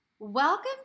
Welcome